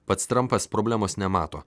pats trampas problemos nemato